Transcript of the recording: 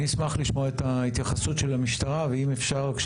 אני אשמח לשמוע את התייחסות המשטרה, ואם אפשר, גם